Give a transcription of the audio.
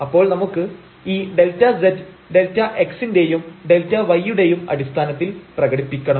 അപ്പോൾ നമുക്ക് ഈ Δz Δx ന്റെയും Δy യുടെയും അടിസ്ഥാനത്തിൽ പ്രകടിപ്പിക്കണം